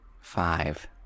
Five